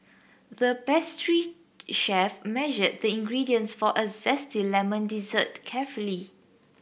the pastry chef measured the ingredients for a zesty lemon dessert carefully